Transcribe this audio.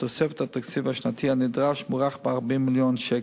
תוספת התקציב השנתי הנדרשת מוערכת ב-40 מיליון שקלים.